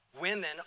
women